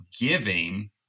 giving